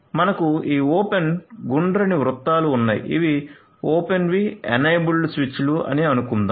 మనకు ఈ ఓపెన్ గుండ్రని వృత్తాలు ఉన్నాయి ఇవి ఓపెన్ వి ఎనేబుల్డ్ స్విచ్లు అని అనుకుందాం